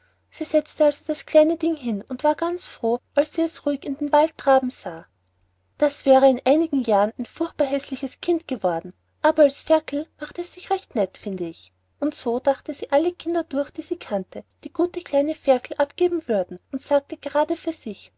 sie setzte also das kleine ding hin und war ganz froh als sie es ruhig in den wald traben sah das wäre in einigen jahren ein furchtbar häßliches kind geworden aber als ferkel macht es sich recht nett finde ich und so dachte sie alle kinder durch die sie kannte die gute kleine ferkel abgeben würden und sagte gerade für sich